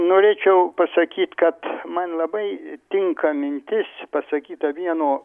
norėčiau pasakyt kad man labai tinka mintis pasakyta vieno